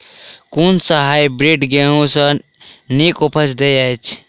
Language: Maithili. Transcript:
कुन सँ हायब्रिडस गेंहूँ सब सँ नीक उपज देय अछि?